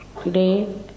Today